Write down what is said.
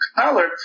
color